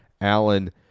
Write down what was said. Allen